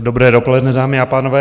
Dobré dopoledne, dámy a pánové.